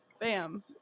bam